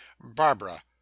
barbara